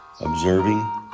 observing